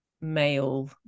male